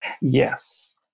Yes